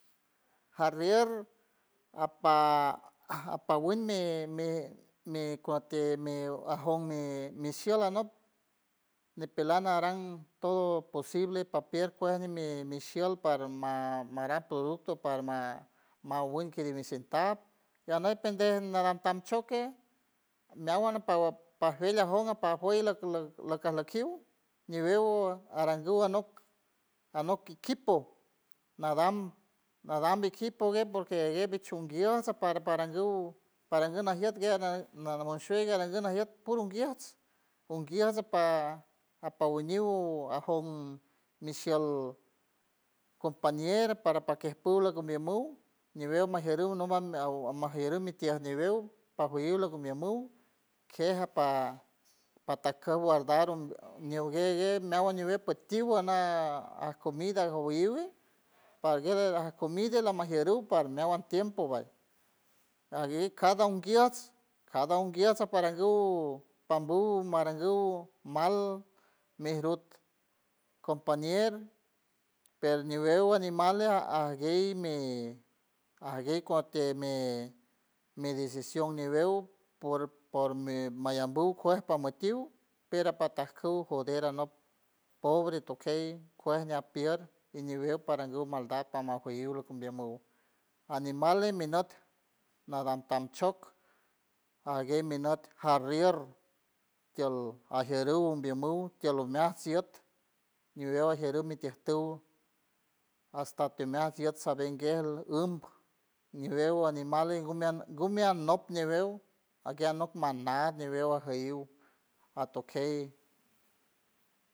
Jarrieer apa winmi mi mi mi micueti mi ajouw mi mishiol anold ni pelana aran todo posible paper puel mi mishiold para marar producto para ma mawenke rinisentar reanail pendey nagantashoque meawanaid para pajiya jiold pajueyla paka lakiur miñegua arangu anok quiquipo nadam nadam equipu guet porque guet echu un guiosa para parangur paranguer najiot guera nanamushiul gueran gana giuts purun giuts unguiuso para apamoliult ajom mishiold compañera para paque pure gumelmul ñibel majeru novan owan najerium nitec miriem pajerium locomeamium queja pa pata keguardar ñow guergueur meawuand ñivet petiul ana acomida jowiber paguera la comide manajeriul par meawuanda tiempo cada unguiots cada unguiotsa parangu pambu marangu mal mirut compañera peru nibegua nimale aja guey mi agueit cueti me medisicion nibeu por mi mayanbu pues pamakiut pero pata juld joder anok pobre tokei cuesh ñiapiok iñibeu parangu maldad pamajoyul umbielmo animale minot naran tanchoc aguey minot jarrier tiold ajeriuld umbiomiuld tiolomat shiot ñibeu ajeriut mitiejtiuld hasta timiat jiots saben guel umj ñibegua animale gume gumeaniot ñibeu agueanoc manad ñibeu ajeyiut atokey.